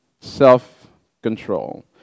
self-control